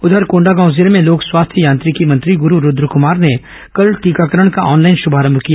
उधर कोंडागांव जिले में लोक स्वास्थ्य यांत्रिकी मंत्री गुरु रूद्र कुमार ने कल टीकाकरण का ऑनलाइन शुभारंभ किया